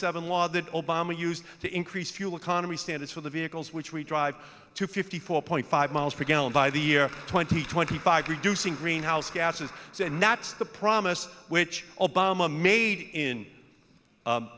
seven law that obama used to increase fuel economy standards for the vehicles which we drive to fifty four point five miles per gallon by the year twenty twenty five reducing greenhouse gases so and that's the promise which obama made in